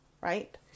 right